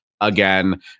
again